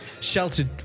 sheltered